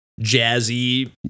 jazzy